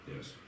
Yes